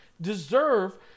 deserve